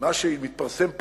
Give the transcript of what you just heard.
מה שמתפרסם פה,